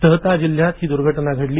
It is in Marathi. ताहता जिल्हयात ही दूर्घटना घडली